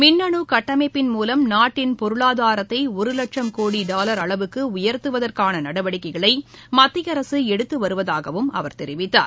மின்னணு கட்டமைப்பின் மூலம் நாட்டின் பொருளாதாரத்தை ஒரு வட்சம் கோடி டாவர் அளவுக்கு உயர்த்துவதற்கான நடவடிக்கைகளை மத்திய அரசு எடுத்துவருவதாகவும் அவர் தெரிவித்தார்